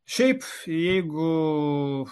šiaip jeigu